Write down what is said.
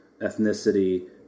ethnicity